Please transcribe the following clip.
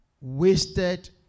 wasted